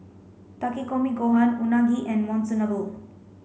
Takikomi Gohan Unagi and Monsunabe